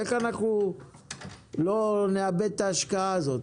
איך לא נאבד את ההשקעה הזאת?